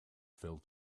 fell